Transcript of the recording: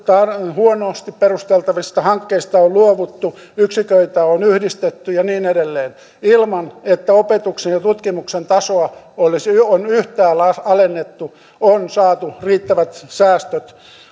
huonosti perusteltavista hankkeista on luovuttu yksiköitä on yhdistetty ja niin edelleen ilman että opetuksen ja tutkimuksen tasoa on yhtään alennettu on saatu riittävät säästöt